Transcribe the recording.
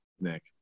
Nick